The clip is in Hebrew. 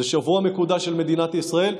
זה שבוע מקודש במדינת ישראל,